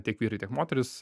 tiek vyrai tiek moterys